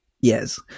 Yes